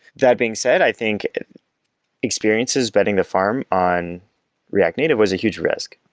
that being said, i think experiences betting the farm on react native was a huge risk.